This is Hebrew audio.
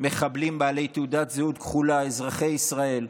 מחבלים בעלי תעודת זהות כחולה, אזרחי ישראל,